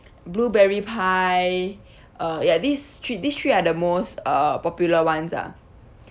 blueberry pie uh ya these three these three are the most uh popular ones ah